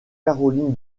caroline